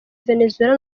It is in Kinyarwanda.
venezuela